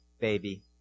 baby